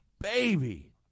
baby